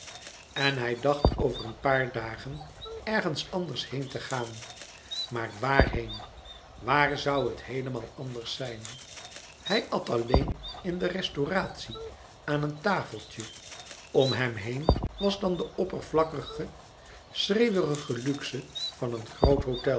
en hij dacht over een paar dagen ergens anders heen te gaan maar waarheen waar zoû het heelemaal anders zijn hij at alleen in de restauratie aan een tafeltje om hem heen was dan de oppervlakkige schreeuwerige luxe van een groot hôtel